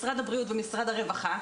משרד הבריאות ומשרד הרווחה,